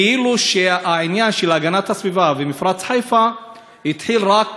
כאילו העניין של הגנת הסביבה ומפרץ חיפה התחיל רק